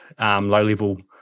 low-level